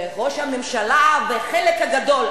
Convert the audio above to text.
וראש הממשלה והחלק הגדול,